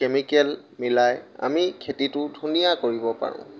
chemical মিলাই আমি খেতিটো ধুনীয়া কৰিব পাৰোঁ